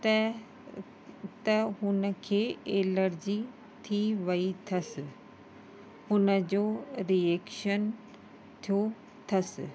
त त हुनखे एलर्जी थी वेई अथसि हुनजो रिएक्शन थियो अथसि